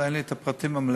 אין לי הפרטים המלאים,